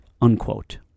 unquote